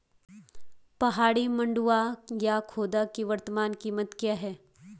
पहाड़ी मंडुवा या खोदा की वर्तमान कीमत क्या है?